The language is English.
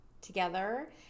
together